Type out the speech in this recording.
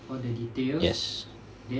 yes